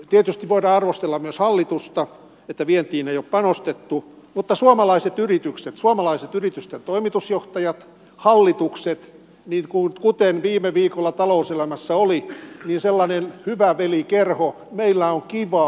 tietysti voidaan arvostella myös hallitusta että vientiin ei ole panostettu mutta suomalaisilla yrityksillä suomalaisten yritysten toimitusjohtajilla hallituksilla kuten viime viikolla talouselämässä oli on sellainen hyvä veli kerho meillä on kivaa